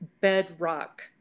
bedrock